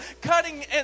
cutting